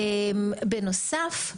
בנוסף,